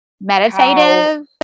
meditative